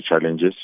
challenges